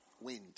Wind